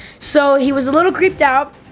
so he was a little creeped out,